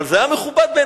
אבל זה היה מכובד בעיני.